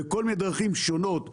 בכל מיני דרכים שונות ומשונות,